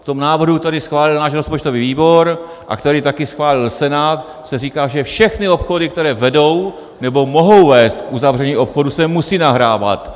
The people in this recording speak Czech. V tom návrhu, který schválil náš rozpočtový výbor a který taky schválil Senát, se říká, že všechny obchody, které vedou nebo mohou vést k uzavření obchodu, se musí nahrávat.